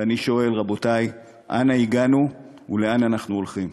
ואני שואל: רבותי, אנה הגענו ולאן אנחנו הולכים?